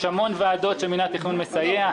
יש המון ועדות שמינהל התכנון מסייע.